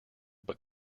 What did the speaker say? but